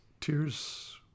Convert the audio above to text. Tears